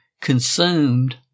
consumed